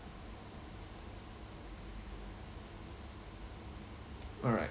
alright